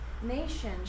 Nation